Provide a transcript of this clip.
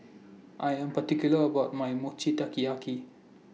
I Am particular about My Mochi Taikiyaki